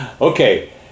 Okay